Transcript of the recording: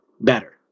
better